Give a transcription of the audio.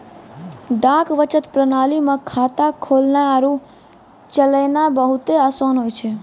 डाक बचत प्रणाली मे खाता खोलनाय आरु चलैनाय बहुते असान होय छै